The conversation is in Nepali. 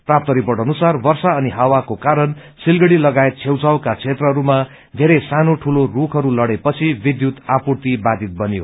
प्राप्त रिपोर्ट अनुसार वर्षा अनि हावाको कारण सिलगढ़ी लगायत छेउछाउका क्षेत्रहरूमा वेरै सानो ठूलो रूखहरू लड़ेपछि विद्यूत आपूर्ति बायित बन्यो